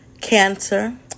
cancer